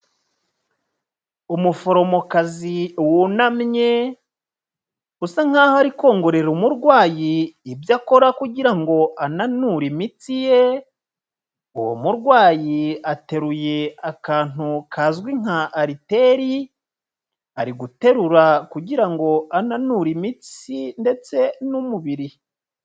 Umuforomokazi wunamye usa, nk'aho ari kongorera umurwayi ibyo akora kugira ngo ananure imitsi ye, uwo murwayi ateruye akantu kazwi nka ariteri, ari guterura kugira ngo ananure imitsi ndetse n'umubiri.